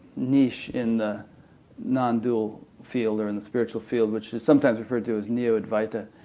niche in the nondual field or in the spiritual field, which is sometimes referred to as neoadvaita.